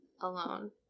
alone